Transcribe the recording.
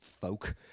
folk